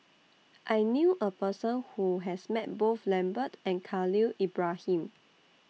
I knew A Person Who has Met Both Lambert and Khalil Ibrahim